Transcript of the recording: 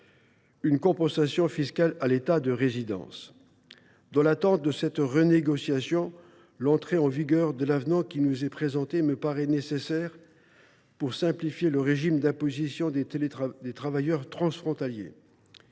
une compensation fiscale à l’État de résidence. Dans l’attente de cette renégociation, l’entrée en vigueur de l’avenant soumis à notre approbation me paraît nécessaire pour simplifier le régime d’imposition des travailleurs transfrontaliers.